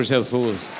Jesus